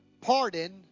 Pardon